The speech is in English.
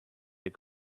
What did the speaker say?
that